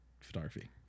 photography